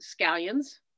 scallions